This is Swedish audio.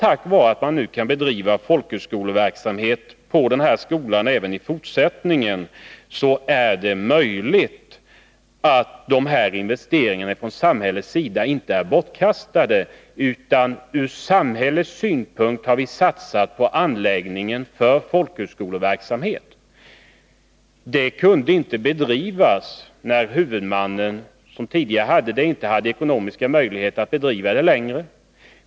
Tack vare att man nu kan bedriva folkhögskoleverksamhet på denna skola även i fortsättningen är dessa investeringar från samhällets sida inte bortkastade. Ur samhällets synpunkt har vi satsat på anläggningen för folkhögskoleverksamhet. Sådan verksamhet kunde inte bedrivas när den tidigare huvudmannen inte längre hade ekonomiska möjligheter.